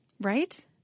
Right